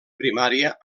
primària